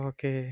Okay